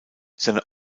seine